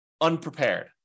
unprepared